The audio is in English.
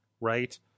right